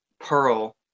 pearl